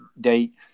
date